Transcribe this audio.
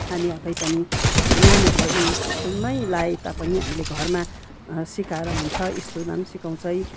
हामी आफै पनि नानीहरूलाई इङ्ग्लिस स्कुलमै लाए तापनि हामीले घरमा सिकाएर हुन्छ स्कुलमा पनि सिकाउँछै